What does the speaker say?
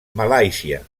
malàisia